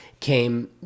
came